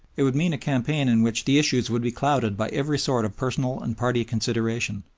it would mean a campaign in which the issues would be clouded by every sort of personal and party consideration,